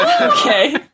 Okay